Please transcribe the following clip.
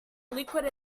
liquid